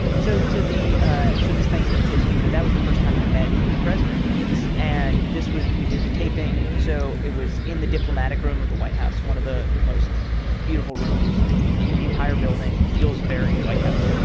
so so ah so this thanksgiving day speech that was the first time i met the president yes and this was we did the taping. so it was in the diplomatic room of the white house, one of the the most beautiful rooms in the entire building. it feels very white house.